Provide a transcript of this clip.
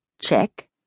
Check